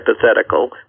hypothetical